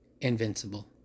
invincible